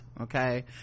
okay